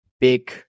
big